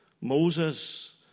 Moses